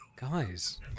guys